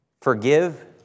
forgive